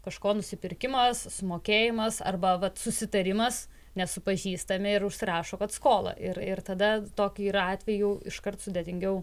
kažko nusipirkimas sumokėjimas arba vat susitarimas nes su pažįstami ir užsirašo kad skola ir ir tada tokie atvejų iškart sudėtingiau